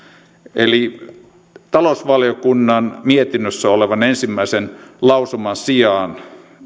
eli talousvaliokunnan mietinnössä olevan ensimmäisen lausuman sijaan